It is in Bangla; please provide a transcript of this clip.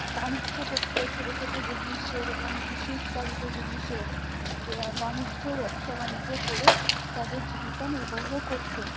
বাণিজ্য করত ছোট ছোট জিনিসের এবং কৃষি উৎপাদিত জিনিসের বাণিজ্য ব্যবসা বাণিজ্য করেও তাদের জীবিকা নির্বাহ করত